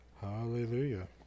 hallelujah